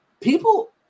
people –